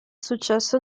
successo